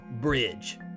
bridge